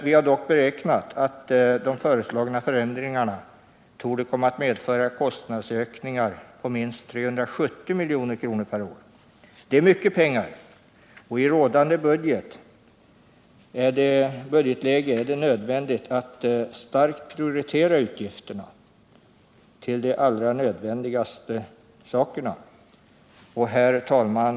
Vi har dock beräknat att de föreslagna förändringarna torde komma att medföra kostnadsökningar på minst 370 milj.kr. per år. Det är mycket pengar, och i rådande budgetläge är det nödvändigt att starkt prioritera utgifterna till de allra nödvändigaste sakerna. Herr talman!